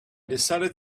decided